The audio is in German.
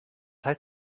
heißt